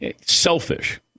selfish